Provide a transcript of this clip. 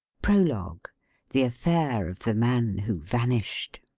prologue the affair of the man who vanished